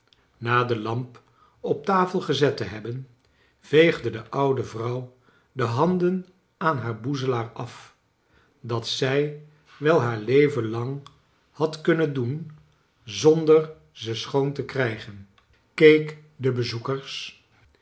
na de lamp op tafel gezet te hebben veegde de oude vrouw de handen aan haar boezelaar af dat zij wel haar leven lang had kunnen doen zonder ze sclioon te krijgen keek de bezoekers